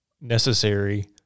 necessary